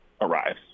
arrives